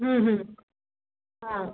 हां